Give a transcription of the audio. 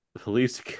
Police